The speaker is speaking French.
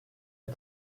est